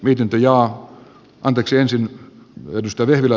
pidempi ja anteeksi ensi vuodesta vielä